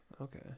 Okay